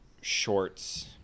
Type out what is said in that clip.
Shorts